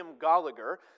Gallagher